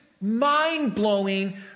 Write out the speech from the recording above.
mind-blowing